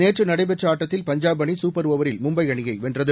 நேற்று நடைபெற்ற ஆட்டத்தில் பஞ்சாப் அணி சூப்பர் ஒவரில் மும்பை அணியை வென்றது